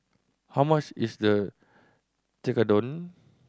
how much is the Tekkadon